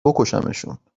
بکشمشون